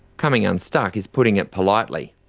coming unstuck is putting it politely.